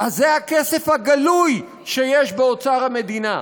אז זה הכסף הגלוי שיש באוצר המדינה,